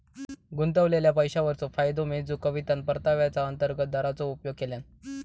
गुंतवलेल्या पैशावरचो फायदो मेजूक कवितान परताव्याचा अंतर्गत दराचो उपयोग केल्यान